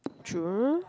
true